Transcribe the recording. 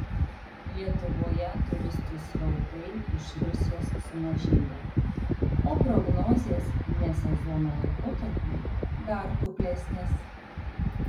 lietuvoje turistų srautai iš rusijos sumažėjo o prognozės ne sezono laikotarpiui dar kuklesnės